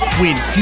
win